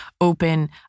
open